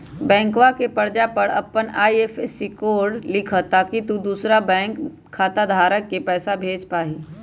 बैंकवा के पर्चा पर अपन आई.एफ.एस.सी कोड लिखा ताकि तु दुसरा बैंक खाता धारक के पैसा भेज पा हीं